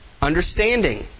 understanding